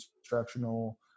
instructional